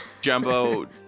Jumbo